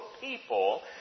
people